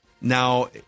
Now